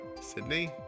Sydney